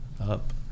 up